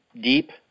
deep